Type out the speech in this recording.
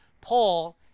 Paul